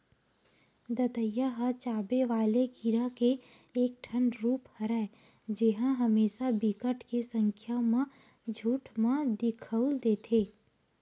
दतइया ह चाबे वाले कीरा के एक ठन रुप हरय जेहा हमेसा बिकट के संख्या म झुंठ म दिखउल देथे